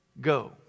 Go